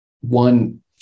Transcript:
One